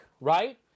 right